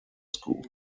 school